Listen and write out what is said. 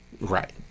Right